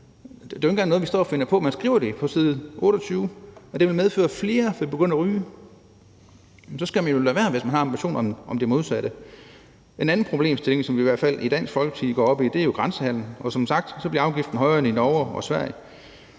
det er jo ikke engang noget, vi står og finder på. Man skriver på side 28, at det vil medføre, at der er flere, der begynder at ryge. Så skal man jo lade være, hvis man har en ambition om det modsatte. En anden problemstilling, som vi i hvert fald i Dansk Folkeparti går op i, er jo grænsehandel. Og som sagt blev afgiften højere end i Norge og Sverige.